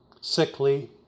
sickly